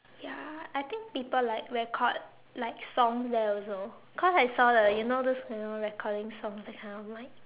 ya I think people like record like songs there also cause I saw the you know those you know recording songs that kind of mic